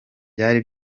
byari